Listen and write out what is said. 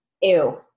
ew